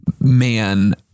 man